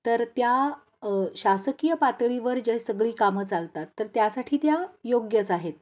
तर त्या शासकीय पातळीवर जे सगळी कामं चालतात तर त्यासाठी त्या योग्यच आहेत